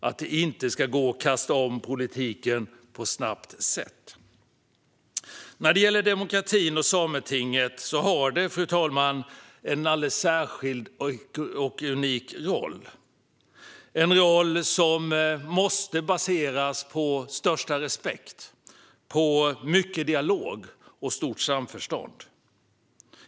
Det ska inte gå att kasta om politiken snabbt. När det gäller demokratin har Sametinget en alldeles unik roll. Det har en roll som måste baseras på största respekt, mycket dialog och stort samförstånd.